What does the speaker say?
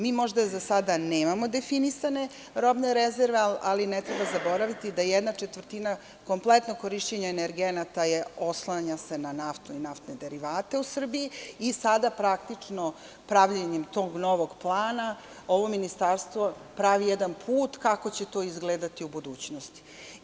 Mi možda za sada nemamo definisane robne rezerve ali ne treba zaboraviti da jedna četvrtina kompletno korišćenje energenata se oslanja na naftu i nafte derivate u Srbiji i sada praktično pravljenjem tog novog plana ovo ministarstvo pravi jedan putkako će to izgledati u budućnosti.